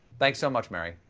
thanks so much, mary.